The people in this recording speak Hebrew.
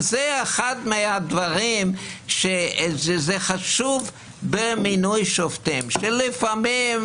וזה אחד מהדברים שחשוב במינוי שופטים, שלפעמים